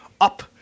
up